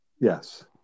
Yes